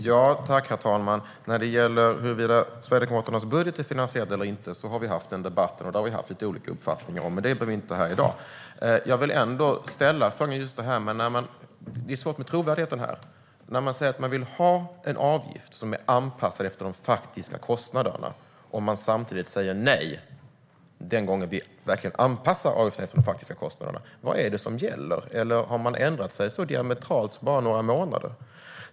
Herr talman! När det gäller huruvida Sverigedemokraternas budget är finansierad eller inte har vi haft den debatten, och det har vi haft lika uppfattning om, så det behöver vi inte ta upp här i dag. Ni har svårt med trovärdigheten. Ni säger att ni vill ha en avgift som är anpassad efter de faktiska kostnaderna. Samtidigt säger ni nej den gången som vi verkligen anpassar avgiften efter de faktiska kostnaderna. Vad är det som gäller? Eller har ni ändrat er så diametralt på bara några månader?